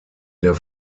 der